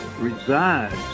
resides